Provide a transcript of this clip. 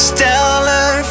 Stellar